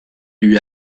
lui